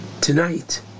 tonight